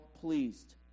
pleased